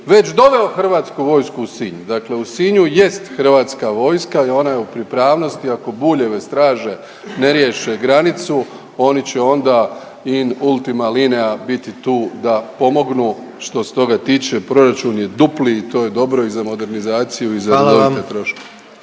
već doveo HV u Sinj, dakle u Sinju jest HV i ona je u pripravnosti, ako Buljeve straže ne riješe granicu oni će onda in ultima linea biti tu da pomognu. Što se toga tiče proračun je dupli i to je dobro i za modernizaciju i za…/Upadica